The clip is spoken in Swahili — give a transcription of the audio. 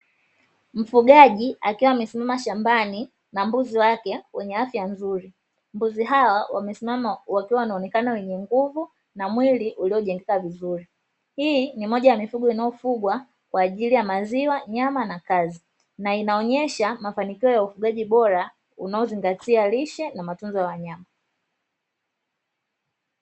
Mfugaji, akiwa amesimama shambani na mbuzi wake wenye afya nzuri. Mbuzi hawa wamesimama wakiwa wanaonekana wenye nguvu na mwili uliojengeka vizuri. Hii ni moja ya mifugo inayofugwa kwa ajili ya maziwa, nyama na kazi na inaonyesha mafanikio ya ufugaji bora, unaozingatia lishe na matunzo ya wanyama.